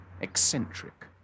eccentric